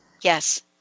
yes